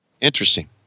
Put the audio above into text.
Interesting